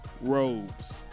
robes